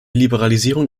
liberalisierung